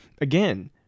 again